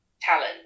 talent